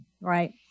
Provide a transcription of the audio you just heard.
Right